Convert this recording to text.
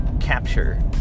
capture